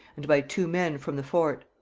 and by two men from the fort.